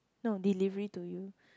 no delivery to you